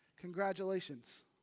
Congratulations